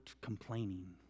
complaining